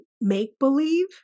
make-believe